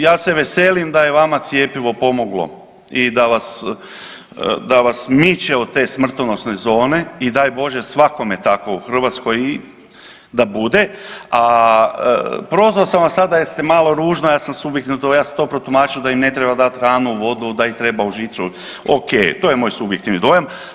Ovaj ja, ja se veselim da je vama cjepivo pomoglo i da vas, da vas miče od te smrtonosne zone i daj Bože svakome tako u Hrvatskoj da bude, a prozvao sam vas tada jer ste malo ružno, ja sam subjektivno to, ja sam to protumačio da im ne treba dat hranu, vodu, da ih treba u žicu, okej, to je moj subjektivni dojam.